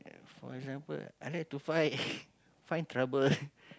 for example I like to fight find trouble